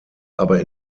aber